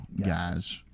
guys